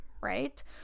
right